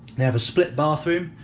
they have a split bathroom,